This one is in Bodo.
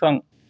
फां